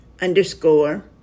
underscore